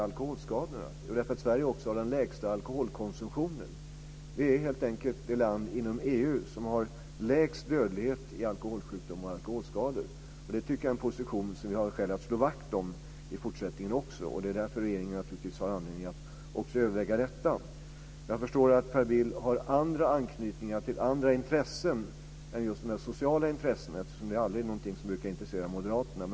Jo, därför att Sverige också har den lägsta alkoholkonsumtionen. Vi är helt enkelt det land inom EU som har lägst dödlighet i alkoholsjukdomar och alkoholskador. Det tycker jag är en position som vi har skäl att slå vakt om i fortsättningen också. Det är därför som regeringen har anledning att överväga också detta. Jag förstår att Per Bill har andra anknytningar till andra intressen än just de sociala intressena, eftersom det aldrig är någonting som brukar intressera moderaterna.